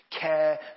care